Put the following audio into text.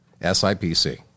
SIPC